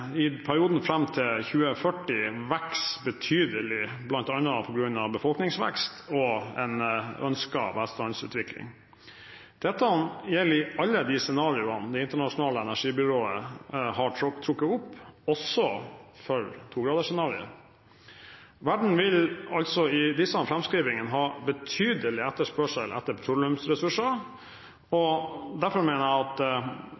i perioden fram til 2040 vokse betydelig bl.a. på grunn av befolkningsvekst og en ønsket velstandsutvikling. Dette gjelder i alle de scenarioene Det internasjonale energibyrået, IEA, har trukket opp, også for tograders-scenarioet. Verden vil altså i disse framskrivningene ha en betydelig etterspørsel etter petroleumsressurser, og derfor mener jeg at